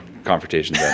Confrontation